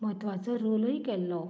म्हत्वाचो रोलूय केल्लो